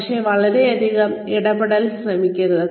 പക്ഷേ വളരെയധികം ഇടപെടാൻ ശ്രമിക്കരുത്